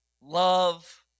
love